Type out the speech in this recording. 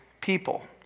people